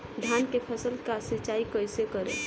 धान के फसल का सिंचाई कैसे करे?